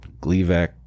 Gleevec